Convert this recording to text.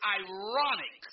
ironic